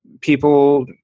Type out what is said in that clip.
people